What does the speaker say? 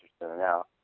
now